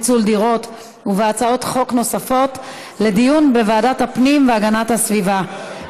פיצול דירות) ובהצעות חוק נוספות לדיון בוועדת הפנים והגנת הסביבה.